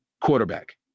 quarterback